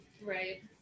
Right